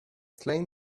slain